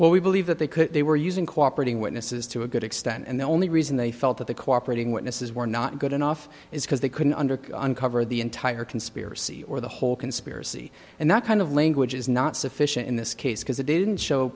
well we believe that they could they were using cooperating witnesses to a good extent and the only reason they felt that the cooperating witnesses were not good enough is because they couldn't undercut uncover the entire conspiracy or the whole conspiracy and that kind of language is not sufficient in this case because it didn't show